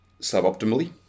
suboptimally